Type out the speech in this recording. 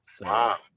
Wow